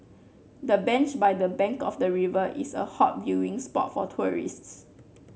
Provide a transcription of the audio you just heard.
the bench by the bank of the river is a hot viewing spot for tourists